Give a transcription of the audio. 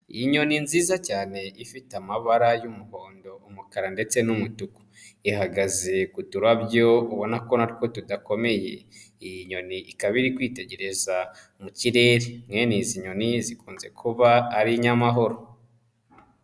Inyoni nziza cyane ifite amabara y'umuhondo, umukara, ndetse n'umutuku. ihagaze ku turabyo ubona ko natwo tudakomeye, iyi nyoni ikaba iri kwitegereza mu kirere, mwene izi nyoni zikunze kuba ari inyamahoro.